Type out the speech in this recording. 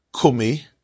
kumi